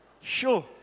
sure